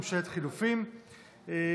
ממשלת חילופים).